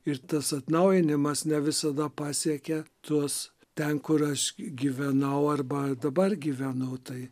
ir tas atnaujinimas ne visada pasiekia tuos ten kur aš g gyvenau arba dabar gyvenu tai